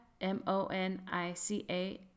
M-O-N-I-C-A